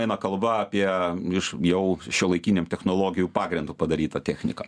eina kalba apie iš jau šiuolaikinėm technologijų pagrindu padaryta technika